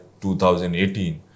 2018